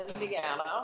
Indiana